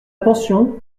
pension